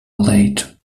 late